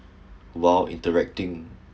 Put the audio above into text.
while interacting